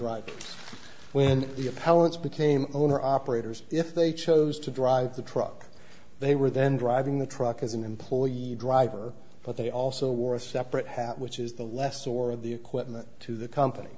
right when the appellants became owner operators if they chose to drive the truck they were then driving the truck as an employee you driver but they also wore a separate hat which is the less or the equipment to the company